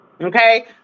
Okay